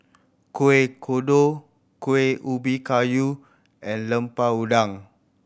Kuih Kodok Kueh Ubi Kayu and Lemper Udang